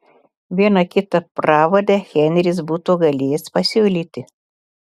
vieną kitą pravardę henris būtų galėjęs pasiūlyti